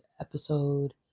episode